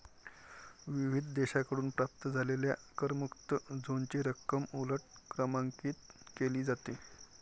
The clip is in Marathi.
विविध देशांकडून प्राप्त झालेल्या करमुक्त झोनची रक्कम उलट क्रमांकित केली जाते